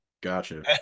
Gotcha